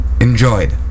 Enjoyed